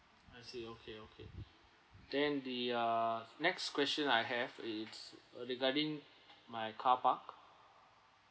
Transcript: I see okay okay then the uh next question I have is uh regarding my car park